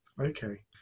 Okay